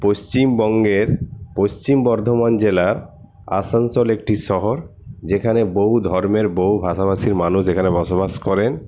পশ্চিমবঙ্গের পশ্চিম বর্ধমান জেলার আসানসোল একটি শহর যেখানে বহু ধর্মের বহু ভাষা ভাষীর মানুষ এখানে বস বাস করেন